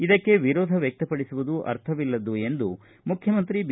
ಇದಕ್ಕೆ ವಿರೋಧ ವ್ಯಕ್ತಪಡಿಸುವುದು ಅರ್ಥವಿಲ್ಲದ್ದು ಎಂದು ಮುಖ್ಚಮಂತ್ರಿ ಬಿ